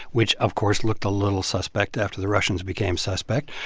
which, of course, looked a little suspect after the russians became suspect.